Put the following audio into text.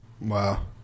Wow